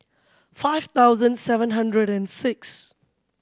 five thousand seven hundred and six